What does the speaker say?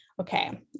okay